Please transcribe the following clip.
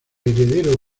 heredero